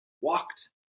walked